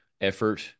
effort